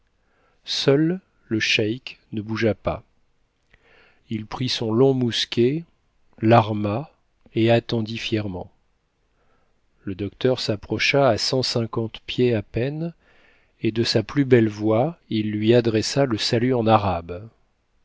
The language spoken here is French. seul le cheik ne bougea pas il prit son long mousquet larma et attendit fièrement le docteur s'approcha à cent cinquante pieds à peine et de sa plus belle voix il lui adressa le salut en arabe